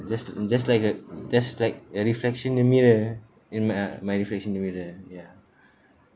just just like a just like a reflection in the mirror in my my reflection in the mirror ya